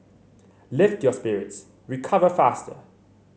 lift your spirits recover faster